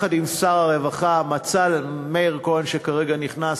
ויחד עם שר הרווחה מאיר כהן, שכרגע נכנס,